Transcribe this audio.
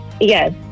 Yes